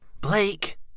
Blake